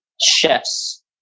chefs